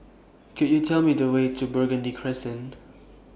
Could YOU Tell Me The Way to Burgundy Crescent